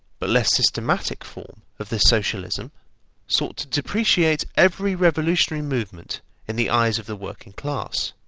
but less systematic, form of this socialism sought to depreciate every revolutionary movement in the eyes of the working class,